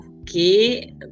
Okay